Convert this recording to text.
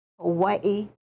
Hawaii